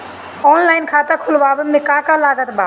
Online खाता खुलवावे मे का का लागत बा?